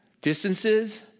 distances